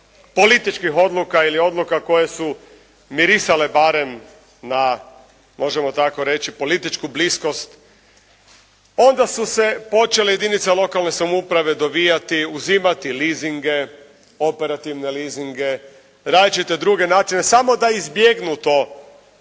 političkih odluka ili odluka koje su mirisale barem na možemo tako reći političku bliskost. Onda su se počele jedinice lokalne samouprave dovijati, uzimati leasinge, operativne leasinge, različite druge načine samo da izbjegnu to